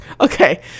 Okay